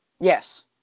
Yes